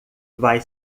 vai